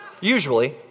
Usually